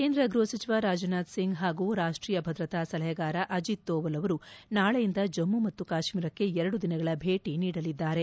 ಕೇಂದ್ರ ಗೃಹಸಚಿವ ರಾಜ್ ನಾಥ್ ಸಿಂಗ್ ಹಾಗೂ ರಾಷ್ಟೀಯ ಭದ್ರತಾ ಸಲಹೆಗಾರ ಅಜಿತ್ ದೋವಲ್ ಅವರು ನಾಳೆಯಿಂದ ಜಮ್ಮ ಮತ್ತು ಕಾಶ್ಮೀರಕ್ಕೆ ಎರಡು ದಿನಗಳ ಭೇಟಿ ನೀಡಲಿದ್ದಾರೆ